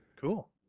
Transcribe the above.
Cool